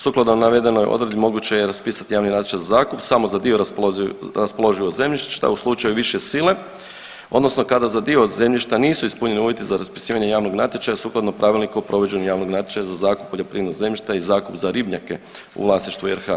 Sukladno navedenoj odredbi moguće je raspisati javni natječaj za zakup samo za dio raspoloživog zemljišta šta u slučaju više sile odnosno kada za dio zemljišta nisu ispunjeni uvjeti za raspisivanje javnih natječaja sukladno Pravilniku o provođenju javnog natječaja za zakup poljoprivrednog zemljišta i zakup za ribnjake u RH.